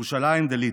ירושלים דליטא.